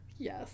yes